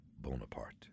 Bonaparte